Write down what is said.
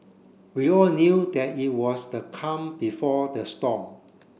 we all knew that it was the calm before the storm